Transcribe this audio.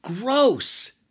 gross